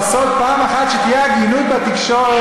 לעשות פעם אחת שתהיה הגינות בתקשורת,